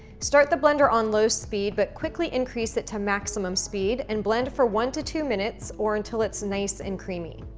start the blender on low speed but quickly increase it to maximum speed and blend for one to two minutes or until it's nice and creamy.